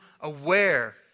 aware